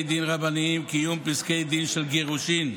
דין רבניים (קיום פסקי דין של גירושין)